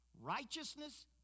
Righteousness